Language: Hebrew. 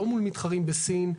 לא מול מתחרים בסין,